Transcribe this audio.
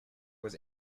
was